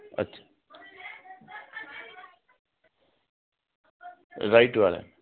अच्छा राइट वाला